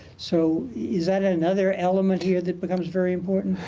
so is that another element here that becomes very important?